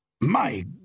My